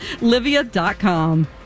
Livia.com